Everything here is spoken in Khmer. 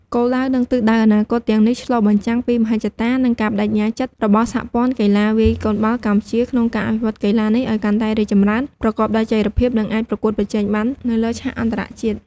គោលដៅ និងទិសដៅអនាគតទាំងនេះឆ្លុះបញ្ចាំងពីមហិច្ឆតា និងការប្តេជ្ញាចិត្តរបស់សហព័ន្ធកីឡាវាយកូនបាល់កម្ពុជា ក្នុងការអភិវឌ្ឍកីឡានេះឱ្យកាន់តែរីកចម្រើន ប្រកបដោយចីរភាព និងអាចប្រកួតប្រជែងបាននៅលើឆាកអន្តរជាតិ។